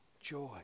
joy